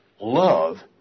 love